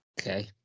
Okay